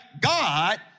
God